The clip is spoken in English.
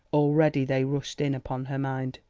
already they rushed in upon her mind!